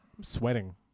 sweating